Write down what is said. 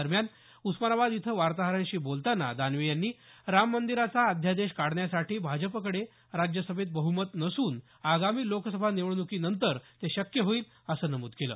दरम्यान उस्मानाबाद इथं वार्ताहरांशी बोलतांना दानवे यांनी राममंदिराचा अध्यादेश काढण्यासाठी भाजपकडे राज्यसभेत बहुमत नसून आगामी लोकसभा निवडणुकीनंतर ते शक्य होईल असं नमूद केलं